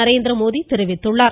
நரேந்திரமோடி தெரிவித்துள்ளார்